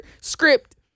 script